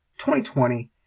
2020